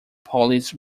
police